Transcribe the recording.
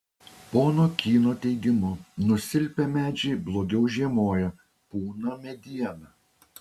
pono kyno teigimu nusilpę medžiai blogiau žiemoja pūna mediena